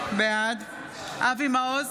בעד אבי מעוז,